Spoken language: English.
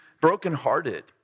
brokenhearted